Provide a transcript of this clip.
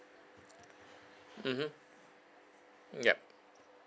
mmhmm yup